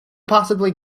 possibly